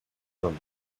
from